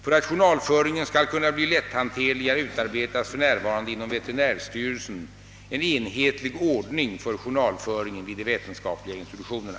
För att journalföringen skall kunna bli lätthanterligare utarbetas f.n. inom veterinärstyrelsen en enhetlig ordning för journalföringen vid de vetenskapliga institutionerna.